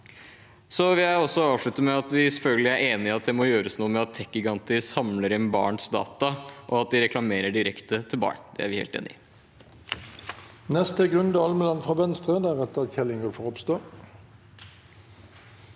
er enig i at det må gjøres noe med at teknologigiganter samler inn barns data, og at de reklamerer direkte til barn. Det er vi helt enig i.